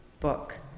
book